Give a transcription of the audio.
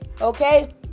okay